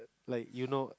like you know